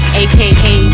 aka